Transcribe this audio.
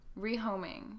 Rehoming